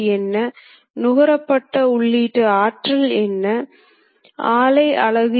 இங்கே தற்போதைய புள்ளி 200 ஆகும்